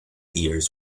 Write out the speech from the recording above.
ears